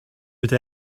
would